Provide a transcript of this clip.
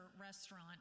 restaurant